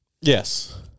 Yes